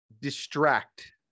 distract